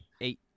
eight